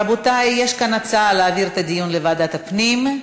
רבותי, יש כאן הצעה להעביר את הנושא לוועדת הפנים.